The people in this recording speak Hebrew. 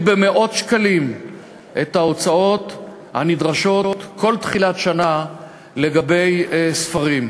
במאות שקלים את ההוצאות הנדרשות כל תחילת שנה לרכישת ספרים.